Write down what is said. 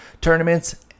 Tournaments